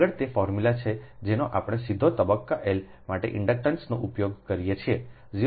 આગળ તે ફોર્મ્યુલા છે જેનો આપણે સીધો તબક્કો L માટે ઇન્ડક્ટન્સનો ઉપયોગ કરીએ છીએ 0